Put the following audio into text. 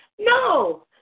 no